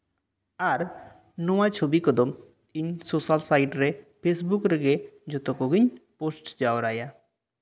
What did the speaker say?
ᱟᱨ ᱱᱚᱣᱟ ᱪᱷᱚᱵᱤ ᱠᱚᱫᱚ ᱤᱧ ᱥᱳᱥᱟᱞ ᱥᱟᱭᱤᱰ ᱨᱮ ᱯᱷᱮᱥᱵᱩᱠ ᱨᱮᱜᱮ ᱡᱚᱛᱚ ᱠᱚᱜᱮᱧ ᱯᱳᱥᱴ ᱡᱟᱣᱨᱟᱭᱟ